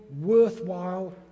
worthwhile